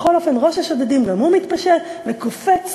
בכל אופן, ראש השודדים גם הוא מתפשט, וקופץ